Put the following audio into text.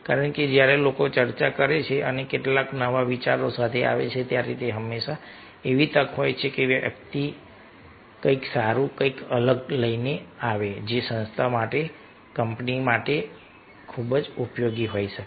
કારણ કે જ્યારે લોકો ચર્ચા કરે છે અને કેટલાક નવા વિચારો સાથે આવે છે ત્યારે તે હંમેશા એવી તક હોય છે કે વ્યક્તિ કંઈક સારું કંઈક અલગ લઈને આવે જે સંસ્થા માટે કંપની માટે માટે ખૂબ જ ઉપયોગી હોઈ શકે